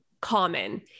common